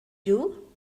you